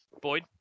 Boyd